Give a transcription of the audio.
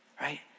right